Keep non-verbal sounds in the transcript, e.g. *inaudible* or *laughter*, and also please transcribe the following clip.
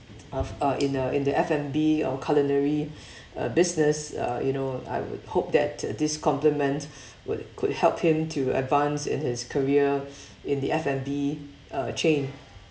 of uh in a in the F&B or culinary *breath* uh business uh you know I would hope that this compliment would could help him to advance in his career *noise* in the F&B uh chain